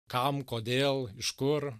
kam kodėl iš kur